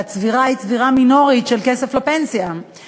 והצבירה של כסף לפנסיה היא צבירה מינורית.